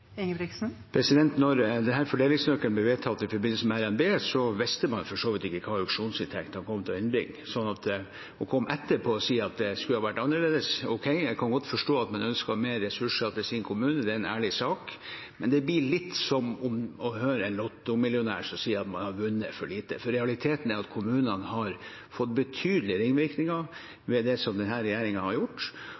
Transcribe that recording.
fordelingsnøkkelen ble vedtatt i forbindelse med revidert nasjonalbudsjett, visste man for så vidt ikke hva auksjonsinntektene kom til å innbringe. Så å komme etterpå og si at det skulle ha vært annerledes – ok, jeg kan godt forstå at man ønsker flere ressurser til sin kommune. Det er en ærlig sak, men det blir litt som å høre en lottomillionær si at man har vunnet for lite. Realiteten er at det har fått betydelige ringvirkninger